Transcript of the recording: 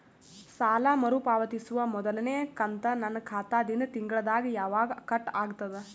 ಸಾಲಾ ಮರು ಪಾವತಿಸುವ ಮೊದಲನೇ ಕಂತ ನನ್ನ ಖಾತಾ ದಿಂದ ತಿಂಗಳದಾಗ ಯವಾಗ ಕಟ್ ಆಗತದ?